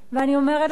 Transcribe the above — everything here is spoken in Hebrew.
אני אומרת לכם,